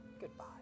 goodbye